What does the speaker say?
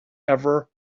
ever